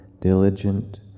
diligent